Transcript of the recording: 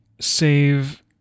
save